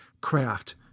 craft-